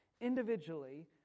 individually